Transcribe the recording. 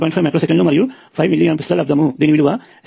5 micro సెకన్లు మరియు 5 milliamps ల లబ్దము దీని విలువ 7